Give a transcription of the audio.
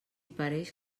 pareix